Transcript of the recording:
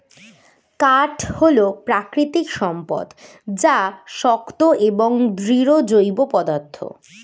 কাঠ হল প্রাকৃতিক সম্পদ যা শক্ত এবং দৃঢ় জৈব পদার্থ